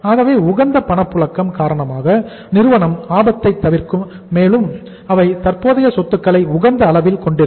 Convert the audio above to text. ஆகவே உகந்த பணப்புழக்கம் காரணமாக நிறுவனம் ஆபத்தைத் தவிர்க்கும் மேலும் அவை தற்போதைய சொத்துக்களை உகந்த அளவில் கொண்டிருக்கும்